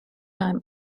time